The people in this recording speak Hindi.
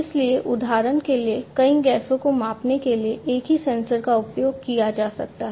इसलिए उदाहरण के लिए कई गैसों को मापने के लिए एक ही सेंसर का उपयोग किया जा सकता है